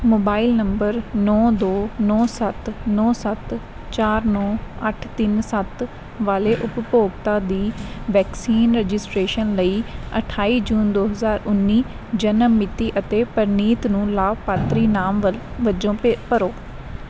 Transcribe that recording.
mobile ਨੰਬਰ ਨੌਂ ਦੋ ਨੌਂ ਸੱਤ ਨੌਂ ਸੱਤ ਚਾਰ ਨੌਂ ਅੱਠ ਤਿੰਨ ਸੱਤ ਵਾਲੇ ਉਪਭੋਗਤਾ ਦੀ ਵੈਕਸੀਨ ਰਜਿਸਟ੍ਰੇਸ਼ਨ ਲਈ ਅਠਾਈ ਜੂਨ ਦੋ ਹਜ਼ਾਰ ਉੱਨੀ ਜਨਮ ਮਿਤੀ ਅਤੇ ਪ੍ਰਨੀਤ ਨੂੰ ਲਾਭਪਾਤਰੀ ਨਾਮ ਵ ਵਜੋਂ ਭੇ ਭਰੋ